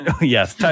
Yes